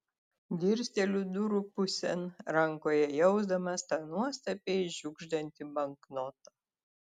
dirsteliu durų pusėn rankoje jausdamas tą nuostabiai šiugždantį banknotą